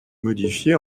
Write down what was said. modifiée